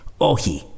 Ohi